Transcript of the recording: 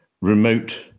remote